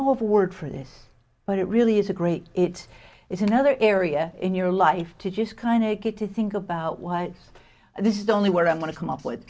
know of word for this but it really is a great it is another area in your life to just kind of get to think about why this is only where i want to come up